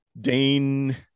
Dane